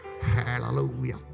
Hallelujah